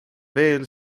veel